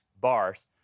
bars